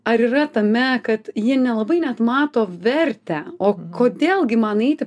ar yra tame kad jie nelabai net mato vertę o kodėl gi man eiti